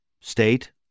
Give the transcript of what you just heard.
state